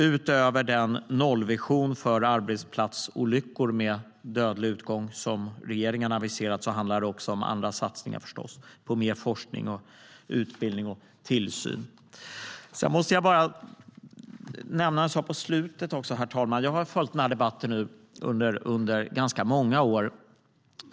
Utöver den nollvision för arbetsplatsolyckor med dödlig utgång, som regeringen har aviserat, handlar det också om andra satsningar, bland annat på mer forskning, utbildning och tillsyn. Sedan vill jag bara avsluta med en sak. Jag har följt den här debatten under ganska många år.